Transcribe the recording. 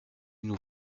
nous